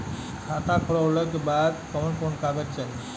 खाता खोलवावे बादे कवन कवन कागज चाही?